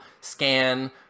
scan